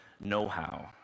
know-how